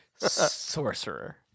sorcerer